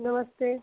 नमस्ते